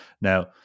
Now